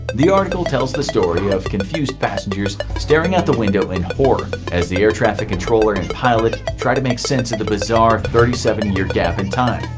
the article tells the story of confused passengers staring out the window in horror, as the air traffic controller and pilot try to make sense of the bizarre thirty-seven year gap in time.